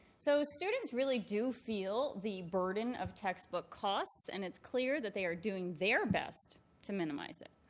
so students really do feel the burden of textbook costs. and it's clear that they are doing their best to minimize it.